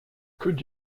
could